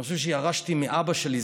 אני חושב שירשתי מאבא שלי,